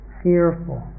fearful